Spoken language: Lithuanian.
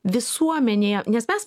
visuomenėje nes mes